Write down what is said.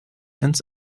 ins